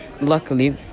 luckily